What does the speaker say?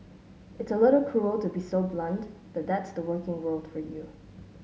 it's a little cruel to be so blunt but that's the working world for you